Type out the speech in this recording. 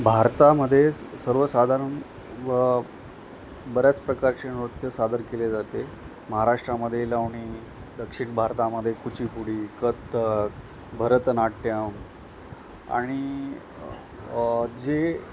भारतामध्ये सर्वसाधारण व बऱ्याच प्रकारचे नृत्य सादर केले जाते महाराष्ट्रामध्ये लावणी दक्षिण भारतामध्ये कुचिपुडी कथ्थक भरतनाट्यम आणि जे